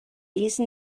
these